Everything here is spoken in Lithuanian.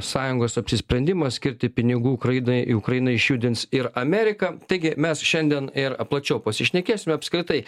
sąjungos apsisprendimas skirti pinigų ukrainai ukrainai išjudins ir ameriką taigi mes šiandien ir plačiau pasišnekėsime apskritai